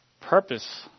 purpose